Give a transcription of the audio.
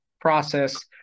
process